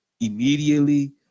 immediately